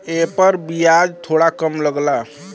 एपर बियाज थोड़ा कम लगला